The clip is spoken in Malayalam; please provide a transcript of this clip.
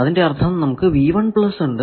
അതിന്റെ അർഥം നമുക്ക് ഉണ്ട്